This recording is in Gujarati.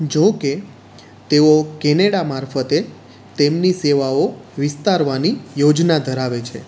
જો કે તેઓ કેનેડા મારફતે તેમની સેવાઓ વિસ્તારવાની યોજના ધરાવે છે